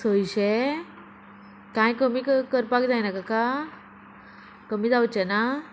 सयशे कांय कमी करपाक जायना काका कमी जावचें ना